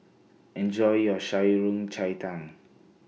Enjoy your Shan Rui Cai Tang